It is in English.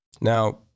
Now